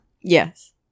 yes